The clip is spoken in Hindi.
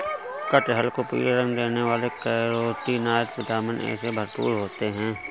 कटहल को पीला रंग देने वाले कैरोटीनॉयड, विटामिन ए से भरपूर होते हैं